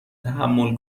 تحمل